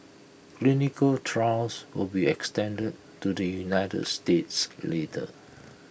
clinical trials will be extended to the united states later